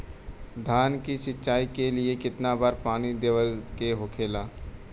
धान की सिंचाई के लिए कितना बार पानी देवल के होखेला?